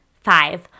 Five